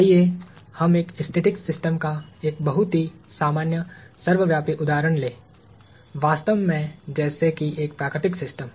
आइए हम एक स्टैटिक्स सिस्टम का एक बहुत ही सामान्य सर्वव्यापी उदाहरण लें वास्तव में जैसे की एक प्राकृतिक सिस्टम